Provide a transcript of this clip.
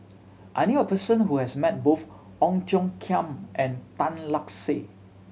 I knew a person who has met both Ong Tiong Khiam and Tan Lark Sye